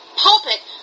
pulpit